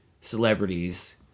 celebrities